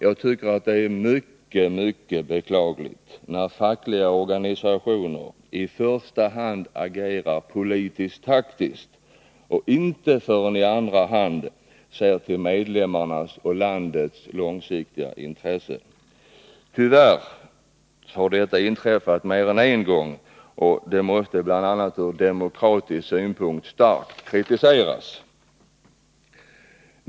Jag tycker att det är mycket, mycket beklagligt när fackliga organisationer i första hand agerar politiskt-taktiskt och först i andra hand ser till medlemmarnas och landets långsiktiga intresse. Tyvärr har detta inträffat mer än en gång, vilket från bl.a. demokratisk synpunkt måste starkt kritiseras.